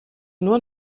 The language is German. nur